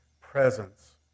presence